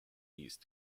east